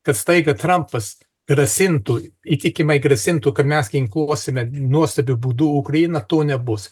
kad staiga trampas grasintų įtikimai grasintų kad mes ginkluosime nuostabiu būdu ukrainą to nebus